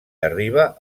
arriba